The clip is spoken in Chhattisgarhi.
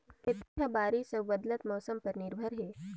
खेती ह बारिश अऊ बदलत मौसम पर निर्भर हे